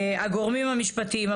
הגורמים המשפטיים,